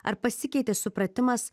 ar pasikeitė supratimas